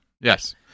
yes